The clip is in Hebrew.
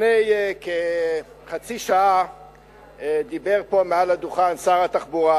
לפני כחצי שעה דיבר פה מעל הדוכן שר התחבורה,